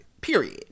Period